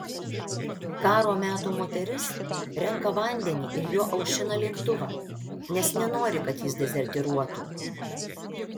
karo metų moteris renka vandenį ir juo aušina lėktuvą nes nenori kad jis dezertyruotų